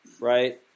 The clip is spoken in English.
right